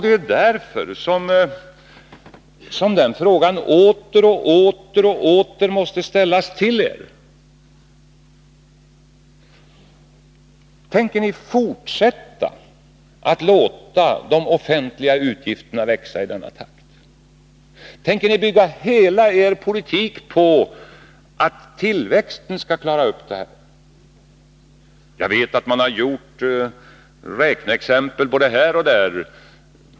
Det är därför frågan åter och återigen måste ställas till er: Tänker ni fortsätta att låta de offentliga utgifterna växa i denna takt? Tänker ni bygga hela er politik på att tillväxten skall klara upp det här? Jag vet att man har gjort beräkningar både här och där.